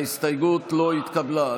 ההסתייגות לא התקבלה.